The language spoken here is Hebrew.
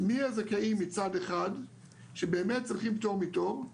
מי הזכאים מצד אחד שבאמת צריכים פטור מתור,